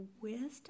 wisdom